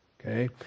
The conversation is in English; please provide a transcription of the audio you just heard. okay